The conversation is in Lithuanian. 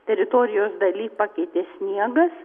teritorijos daly pakeitė sniegas